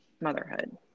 motherhood